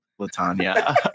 Latanya